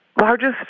largest